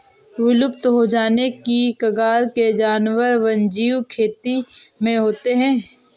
विलुप्त हो जाने की कगार के जानवर वन्यजीव खेती में होते हैं